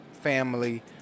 family